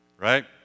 right